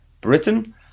Britain